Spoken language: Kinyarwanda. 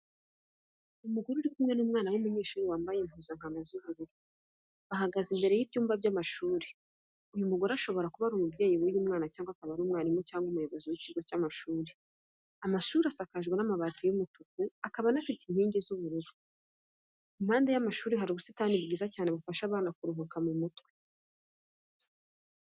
Umugore uri kumwe n'umwana w'umunyeshuri wambaye impuzankano z'ubururu, bahagaze imbere y'ibyumba by'amashuri. Uyu mugore ashobora kuba ari umubyeyi w'uyu mwana cyangwa umwarimu cyangwa umuyobozi w'ikigo cy'amashuri. Amashuri asakajwe amabati y'umutuku, akaba anafite inkingi z'ubururu, ku mpande y'amashuri hari ubusitani bwiza cyane bufasha abana kuruhuka mu mutwe.